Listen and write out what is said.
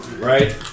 Right